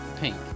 pink